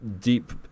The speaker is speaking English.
deep